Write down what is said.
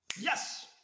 Yes